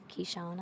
Kishana